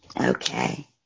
Okay